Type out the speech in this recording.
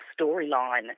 storyline